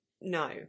no